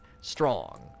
strong